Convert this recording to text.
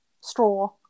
straw